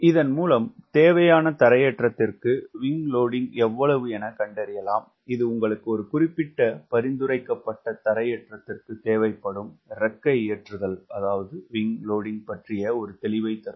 இதன் மூலம் தேவையான தரையேற்றத்திற்கு விங்க் லோடிங்க் எவ்வளவு என கண்டறியலாம் இது உங்களுக்கு ஒரு குறிப்பிட்ட பரிந்துரைக்கப்பட்ட தரையேற்றத்திற்கு தேவைப்படும் இறக்கை ஏற்றுதல் பற்றிய ஒரு தெளிவை தரும்